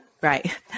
Right